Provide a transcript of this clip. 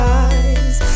eyes